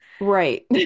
right